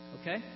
Okay